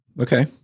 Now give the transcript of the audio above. Okay